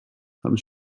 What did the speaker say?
haben